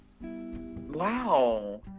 Wow